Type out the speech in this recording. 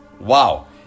Wow